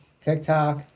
TikTok